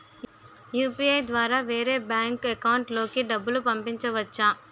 UPI ద్వారా వేరే bank account లోకి డబ్బులు పంపించవచ్చా?